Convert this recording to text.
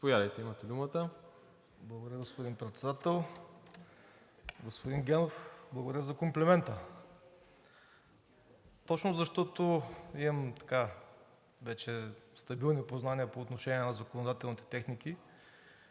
ШИШКОВ (ГЕРБ-СДС): Благодаря, господин Председател. Господин Генов, благодаря за комплимента. Точно защото имам вече стабилни познания по отношение на законодателните техники,